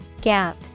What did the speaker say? Gap